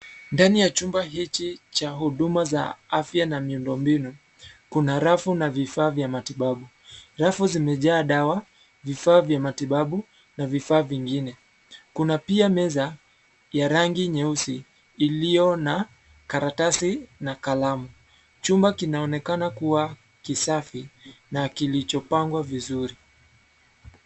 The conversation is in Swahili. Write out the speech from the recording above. Ndani ya chumba hichi cha huduma za afya na miundo mbinu. Kuna rafu na vifaa vya matibabu, rafu zimejaa dawa, vifaa vya matibabu, na vifaa vingine. Kuna pia meza, ya rangi nyeusi, iliyo na, karatasi na kalamu, chumba kinaonekana kuwa, kisafi, na kilichopangwa vizuri.